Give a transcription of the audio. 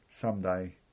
someday